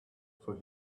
for